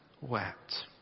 wept